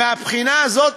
מהבחינה הזאת,